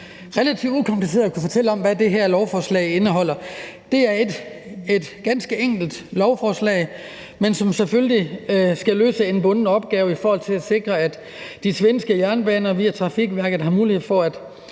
relativt ukompliceret kunnet fortælle om, hvad det her lovforslag indeholder. Det er et ganske enkelt lovforslag, men det skal selvfølgelig løse en bunden opgave med at sikre, at de svenske jernbaner via Trafikverket har mulighed for at